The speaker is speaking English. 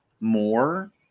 more